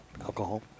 alcohol